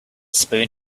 spoon